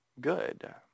good